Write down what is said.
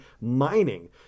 mining